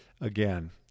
again